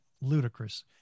ludicrous